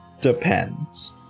Depends